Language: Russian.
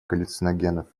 галлюциногенов